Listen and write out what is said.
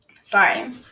sorry